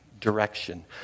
direction